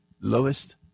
lowest